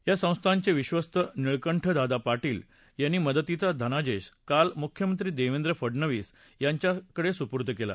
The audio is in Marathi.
या संस्थानचे विश्वस्त निळकंठदादा पाटील यांनी मदतीचा धनादेश काल मुख्यमंत्री देवेंद्र फडनवीस यांना सुपूर्द केला